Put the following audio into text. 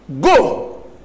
go